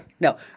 No